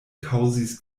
kaŭzis